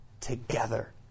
together